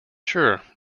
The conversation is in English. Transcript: sure